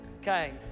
Okay